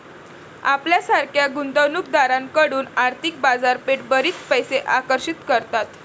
आपल्यासारख्या गुंतवणूक दारांकडून आर्थिक बाजारपेठा बरीच पैसे आकर्षित करतात